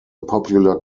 popular